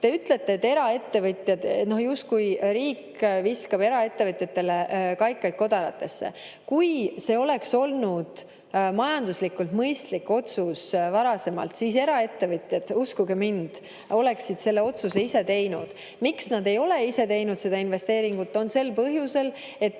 Te ütlete, et justkui riik viskab eraettevõtjatele kaikaid kodaratesse. Kui see oleks olnud majanduslikult mõistlik otsus varasemalt, siis eraettevõtjad, uskuge mind, oleksid selle otsuse ise teinud. Nad ei ole ise teinud seda investeeringut sel põhjusel, et